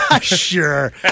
Sure